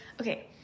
Okay